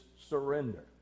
surrender